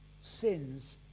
sins